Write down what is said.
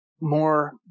more